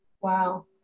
Wow